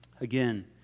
Again